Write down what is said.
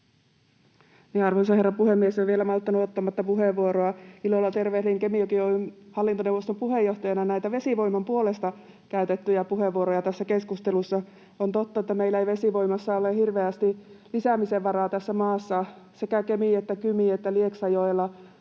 Arvoisa herra puhemies! En malttanut olla ottamatta vielä puheenvuoroa. Ilolla tervehdin Kemijoki Oy:n hallintoneuvoston puheenjohtajana näitä vesivoiman puolesta käytettyjä puheenvuoroja tässä keskustelussa. On totta, että meillä ei vesivoimassa ole hirveästi lisäämisen varaa tässä maassa. Sekä Kemi- että Kymi- että Lieksanjoella